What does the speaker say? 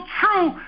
true